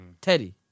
Teddy